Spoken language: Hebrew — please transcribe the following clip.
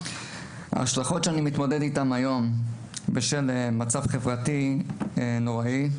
ההשלכות שאני מתמודד איתן היום בשל מצב חברתי נוראי,